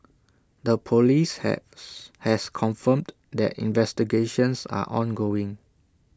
the Police has has confirmed that investigations are ongoing